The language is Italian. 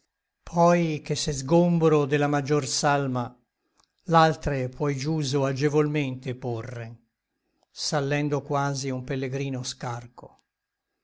poi che se sgombro de la maggior salma l'altre puoi giuso agevolmente porre sallendo quasi un pellegrino scarco